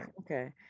Okay